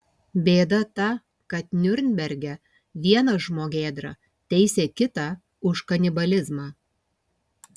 bėda ta kad niurnberge vienas žmogėdra teisė kitą už kanibalizmą